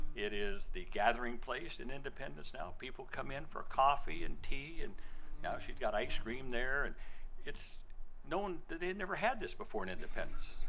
it is the gathering place in independence now. people come in for coffee and tea and now she's got ice cream there. and it's no one they had never had this before in independence,